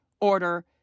order